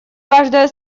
каждая